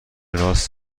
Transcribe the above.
راس